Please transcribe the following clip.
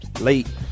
late